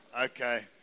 Okay